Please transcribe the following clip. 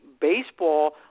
baseball